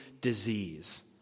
disease